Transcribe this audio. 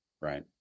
Right